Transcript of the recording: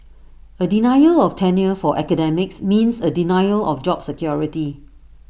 A denial of tenure for academics means A denial of job security